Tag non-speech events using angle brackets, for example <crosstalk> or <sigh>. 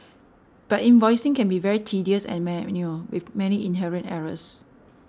but invoicing can be very tedious and <unintelligible> with many inherent errors